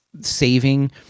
saving